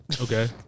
Okay